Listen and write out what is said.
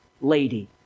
lady